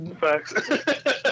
Facts